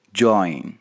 join